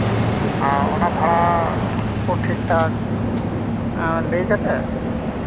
ᱟᱨ ᱚᱱᱟ ᱵᱷᱟᱲᱟ ᱠᱚ ᱴᱷᱤᱠ ᱴᱷᱟᱠ ᱞᱟᱹᱭ ᱠᱟᱛᱮ